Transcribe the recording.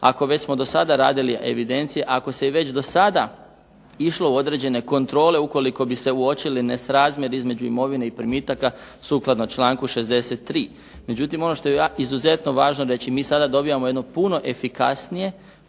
ako već smo do sada radili evidencije, ako se već do sada išlo u određene kontrole ukoliko bi se uočili nesrazmjer između imovine i primitaka sukladno članku 63. Međutim, ono što je izuzetno važno reći, mi sada dobivamo jedno puno efikasnije,